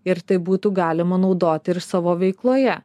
ir tai būtų galima naudoti ir savo veikloje